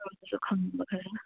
ꯑꯗꯨꯁꯨ ꯈꯪꯅꯤꯡꯕ ꯈꯔ